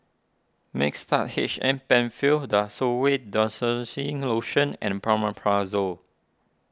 Mixtard H M Penfill Desowen Desonide Lotion and Omeprazole